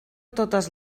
totes